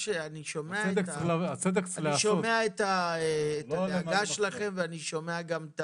אני שומע את הדאגה שלכם ואני שומע גם את